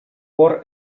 пор